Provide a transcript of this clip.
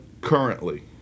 currently